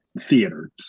theaters